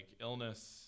illness